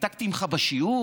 העתקתי ממך בשיעור?